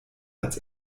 als